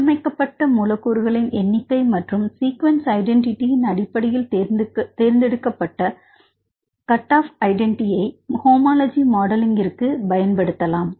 சீரமைக்கப்பட்ட மூலக்கூறுகளின் எண்ணிக்கை மற்றும் சீக்வென்ஸ் ஐடென்டிட்டியின் அடிப்படையில் தேர்ந்தெடுக்கப்பட்ட கட் ஆப் ஐடென்டிட்டி ஐ ஹோமோலஜி மாடலிங்கிற்கு பயன்படுத்தலாம்